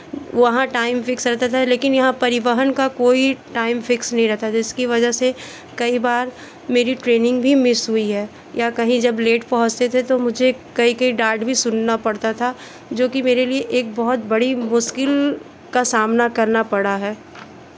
वहाँ time fix रहता था लेकिन यहाँ परिवहन का कोई टाइम फ़िक्स नहीं रहता था जिसकी वजह से कई बार मेरी ट्रेनिंग भी मिस हुई है या कहीं जब लेट पहुंचते थे तो मुझे कहीं कहीं डाँट भी सुनना पड़ता था जो कि मेरे लिए एक बहुत बड़ी मुश्किल का सामना करना पड़ा है